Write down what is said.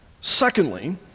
Secondly